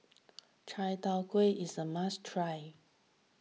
Chai Dao Kueh is a must try